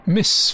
Miss